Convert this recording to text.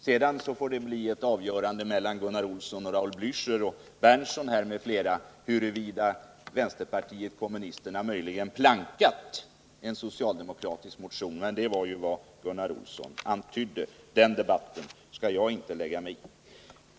Gunnar Olsson, Raul Blicher, Nils Berndtson m.fl. får sedan avgöra huruvida vänsterpartiet kommunisterna möjligen plankat en socialdemokratisk motion. Det var ju vad Gunnar Olsson antydde, men den debatten skall jag inte lägga mig i.